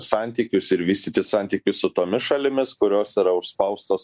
santykius ir vystyti santykius su tomis šalimis kurios yra užspaustos